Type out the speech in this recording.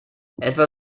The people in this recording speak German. etwa